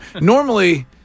Normally